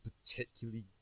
particularly